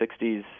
60s